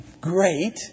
great